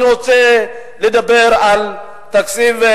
אני רוצה לדבר על תקציבים,